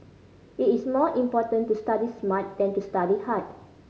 it is more important to study smart than to study hard